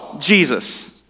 Jesus